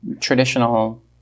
traditional